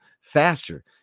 faster